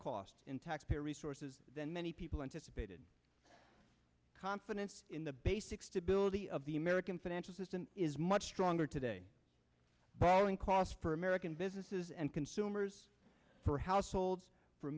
cost in taxpayer resources than many people anticipated confidence in the basic stability of the american financial system is much stronger today borrowing costs per american businesses and consumers for households for